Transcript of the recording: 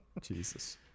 Jesus